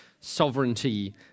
sovereignty